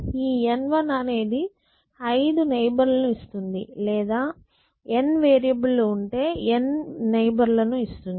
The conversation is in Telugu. ఈ N1 అనేది 5 నైబర్ లను ఇస్తుంది లేదా n వేరియబుల్ లు ఉంటె n నైబర్ లను ఇస్తుంది